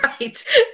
Right